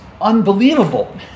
unbelievable